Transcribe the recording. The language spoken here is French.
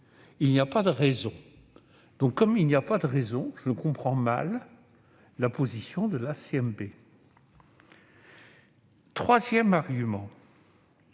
Il n'y a pas de raison. Comme il n'y a pas de raison, je comprends mal la position de la CMP. Troisièmement,